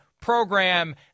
Program